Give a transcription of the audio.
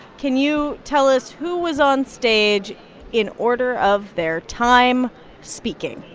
can you tell us who was on stage in order of their time speaking?